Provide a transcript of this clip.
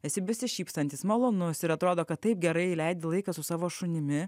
esi besišypsantis malonus ir atrodo kad taip gerai leidi laiką su savo šunimi